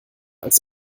als